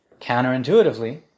counterintuitively